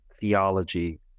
theology